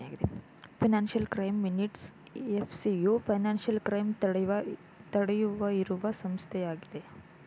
financial crime minutes FCU financial crime ತಡೆಯುವ ಇರುವ ಸಂಸ್ಥೆಯಾಗಿದೆ